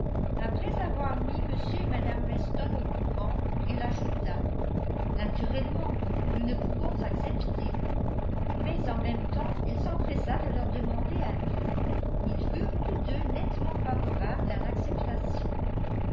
après avoir mis m et mme weston au courant elle ajouta naturellement nous ne pouvons accepter mais en même temps elle s'empressa de leur demander avis ils furent tous deux nettement favorables à l'acceptation